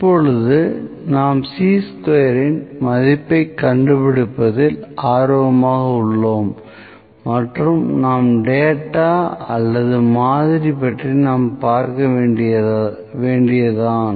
இப்போது நாம் சீ ஸ்கொயரின் மதிப்பைக் கண்டுபிடிப்பதில் ஆர்வமாக உள்ளோம் மற்றும் நாம் டேட்டா அல்லது மாதிரி பற்றி நாம் பார்க்க வேண்டியதான்